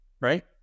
Right